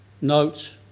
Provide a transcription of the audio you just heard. note